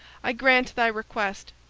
i grant thy request,